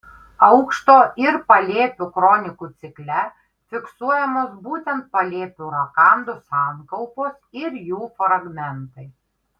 aukšto ir palėpių kronikų cikle fiksuojamos būtent palėpių rakandų sankaupos ir jų fragmentai